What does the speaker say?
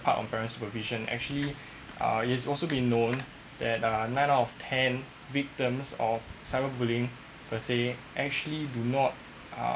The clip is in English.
part on parents prevision actually uh is also be known that uh nine out of ten victims of cyber bullying per saying actually do not uh